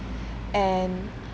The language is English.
and